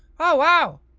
oh wow!